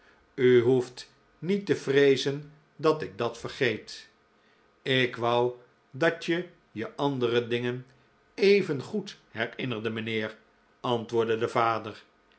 u hoeft niet te vreezen dat ik dat vergeet ik wou dat je je andere dingen even goed herinnerde mijnheer antwoordde de vader